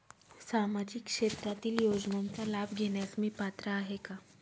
सामाजिक क्षेत्रातील योजनांचा लाभ घेण्यास मी पात्र आहे का?